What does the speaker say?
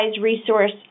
resource